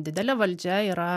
didelė valdžia yra